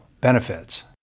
benefits